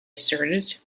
asserted